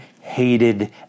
hated